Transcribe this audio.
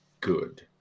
good